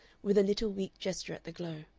with a little weak gesture at the glow.